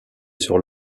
sur